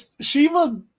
Shiva